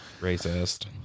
racist